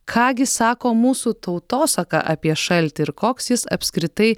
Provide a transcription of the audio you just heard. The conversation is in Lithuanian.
ką gi sako mūsų tautosaka apie šaltį ir koks jis apskritai